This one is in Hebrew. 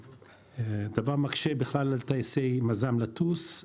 הדבר מקשה בכלל על טייסי מז"ם לטוס.